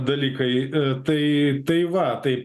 dalykai tai tai va tai